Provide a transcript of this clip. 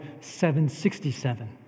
767